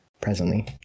presently